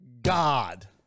God